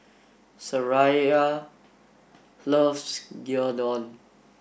Sariah loves Gyudon